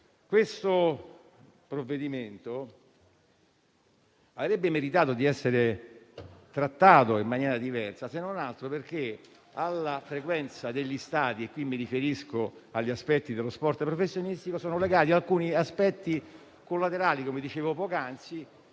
Il provvedimento in esame avrebbe meritato di essere trattato in maniera diversa, se non altro perché alla frequenza degli stadi - e qui mi riferisco allo sport professionistico - sono legati alcuni aspetti collaterali, come dicevo poc'anzi,